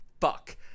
fuck